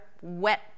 wet